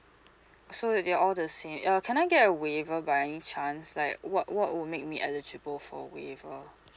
so they are all the same uh can I get a waiver by any chance like what what would make me eligible for a waiver